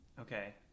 Okay